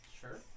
Sure